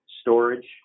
storage